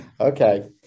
okay